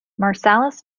marsalis